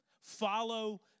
Follow